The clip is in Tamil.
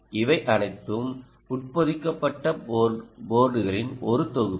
இவை அனைத்தும் உட்பொதிக்கப்பட்ட போர்டுகளின் ஒரு தொகுப்பு